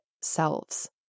selves